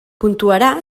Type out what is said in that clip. puntuarà